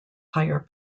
higher